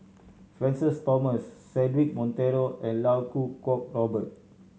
Francis Thomas Cedric Monteiro and Iau Kuo Kwong Robert